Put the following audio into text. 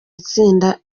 itsinda